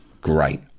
great